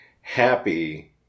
happy